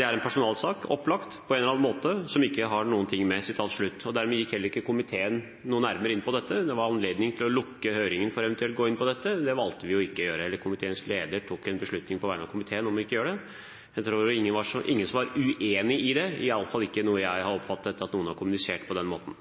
er en personalsak, opplagt, på en eller annen måte, som ikke vi har noen ting med». Dermed gikk heller ikke komiteen noe nærmere inn på dette. Det var anledning til å lukke høringen for eventuelt å gå inn på dette. Det valgte vi å ikke gjøre, dvs. komiteens leder tok en beslutning på vegne av komiteen om ikke å gjøre det. Det var ingen som var uenig i det, det er iallfall ikke noe jeg har oppfattet at noen har kommunisert. Denne saken